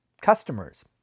customers